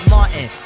Martin